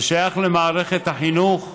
זה שייך למערכת החינוך.